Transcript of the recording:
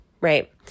right